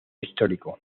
histórico